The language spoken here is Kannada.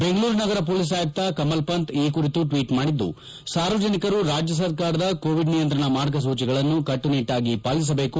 ಬೆಂಗಳೂರು ನಗರ ಪೊಲೀಸ್ ಆಯುಕ್ತ ಕಮಲ್ ಪಂತ್ ಈ ಕುರಿತು ಟ್ವೀಟ್ ಮಾಡಿದ್ದು ಸಾರ್ವಜನಿಕರು ರಾಜ್ಯ ಸರ್ಕಾರದ ಕೋವಿಡ್ ನಿಯಂತ್ರಣ ಮಾರ್ಗಸೂಚಿಗಳನ್ನು ಕಟ್ಟುನಿಟ್ಟಾಗಿ ಪಾಲಿಸಬೇಕು